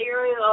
area